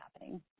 happening